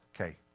Okay